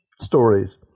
stories